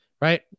right